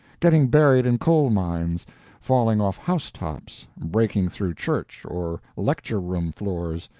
getting buried in coal-mines, falling off house-tops, breaking through church, or lecture-room floors,